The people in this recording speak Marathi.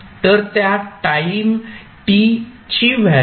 तर त्या टाईम ची व्हॅल्यू